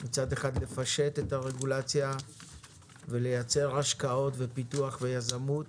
לפשט את הרגולציה ולייצר השקעות ופיתוח ויזמות,